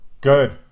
good